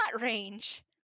range